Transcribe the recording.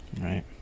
Right